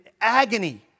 agony